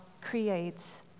creates